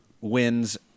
Wins